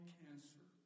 cancer